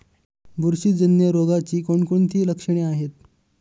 बुरशीजन्य रोगाची कोणकोणती लक्षणे आहेत?